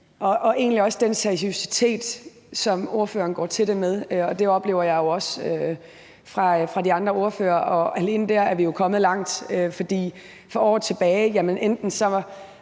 og egentlig også for den seriøsitet, som ordføreren går til det med. Og det oplever jeg jo egentlig også fra de andre ordføreres side, og alene dér er vi jo kommet langt, fordi man for år tilbage enten ikke